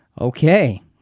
Okay